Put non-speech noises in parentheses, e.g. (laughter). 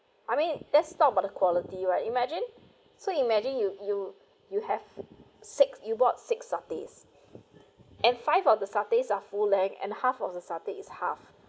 I mean let's talk about the quality right imagine so imagine you you you have six you bought six satays (breath) and five of the satays are full length and half of the satay is half